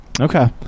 Okay